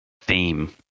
theme